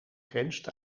grenst